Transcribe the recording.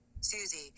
Susie